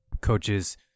coaches